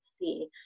see